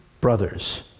brothers